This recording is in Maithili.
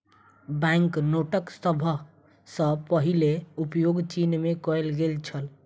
बैंक नोटक सभ सॅ पहिल उपयोग चीन में कएल गेल छल